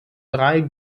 drei